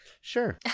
sure